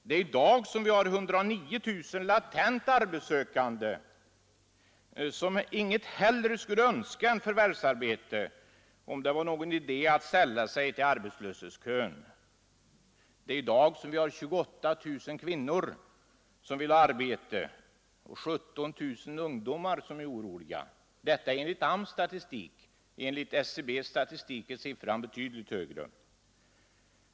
Det är i dag vi har 109 000 latent arbetslösa som inget hellre skulle önska än förvärvsarbeta, om det var någon idé att sälla sig till arbetslöshetskön. Det är i dag vi har 28 000 kvinnor som vill ha arbete och 17 000 ungdomar som är oroliga av brist på arbete. Detta är enligt arbetsmarknadsstyrelsens uppgifter. Enligt statistiska centralbyråns siffror är det fråga om ännu fler.